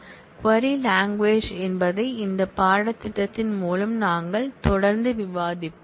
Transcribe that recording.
query language என்பதை இந்த பாடத்திட்டத்தின் மூலம் நாங்கள் தொடர்ந்து விவாதிப்போம்